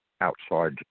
outside